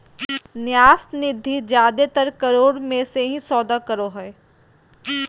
न्यास निधि जादेतर करोड़ मे ही सौदा करो हय